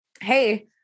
Hey